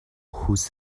whose